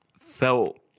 felt